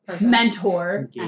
mentor